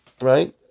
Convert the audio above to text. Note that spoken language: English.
right